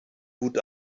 gut